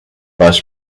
bus